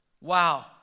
Wow